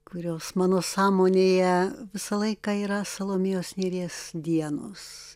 kurios mano sąmonėje visą laiką yra salomėjos nėries dienos